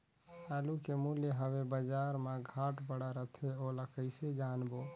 आलू के मूल्य हवे बजार मा घाट बढ़ा रथे ओला कइसे जानबो?